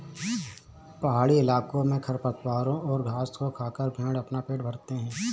पहाड़ी इलाकों में खरपतवारों और घास को खाकर भेंड़ अपना पेट भरते हैं